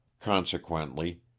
consequently